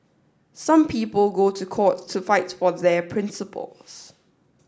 some people go to court to fight for their principles